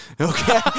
Okay